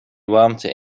warmte